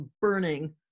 burning